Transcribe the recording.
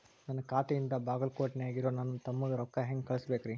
ನನ್ನ ಖಾತೆಯಿಂದ ಬಾಗಲ್ಕೋಟ್ ನ್ಯಾಗ್ ಇರೋ ನನ್ನ ತಮ್ಮಗ ರೊಕ್ಕ ಹೆಂಗ್ ಕಳಸಬೇಕ್ರಿ?